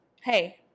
hey